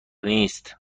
نیست